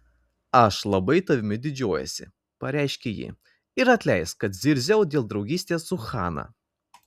aš labai tavimi didžiuojuosi pareiškė ji ir atleisk kad zirziau dėl draugystės su hana